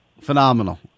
Phenomenal